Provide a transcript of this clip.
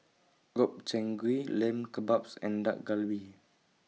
Gobchang Gui Lamb Kebabs and Dak Galbi